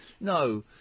No